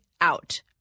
out